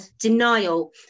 denial